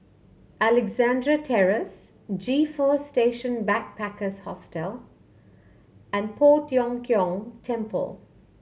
Alexandra Terrace G Four Station Backpackers Hostel and Poh Tiong Kiong Temple